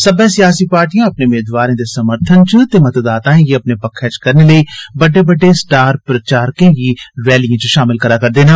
सब्बै सियासी पार्टियां अपने मेदवारें दे समर्थन च ते मतदाताएं गी अपने पक्खै च करने लेई बड्डे बड्डे स्टार प्रचारकें गी रैलिएं च शामल करै करदे न